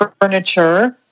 furniture